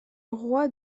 roi